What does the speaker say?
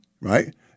right